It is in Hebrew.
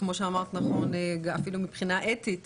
כמו שאמרת נכון, אפילו מבחינה אתית